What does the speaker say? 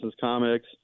Comics